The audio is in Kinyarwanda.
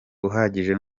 uhagije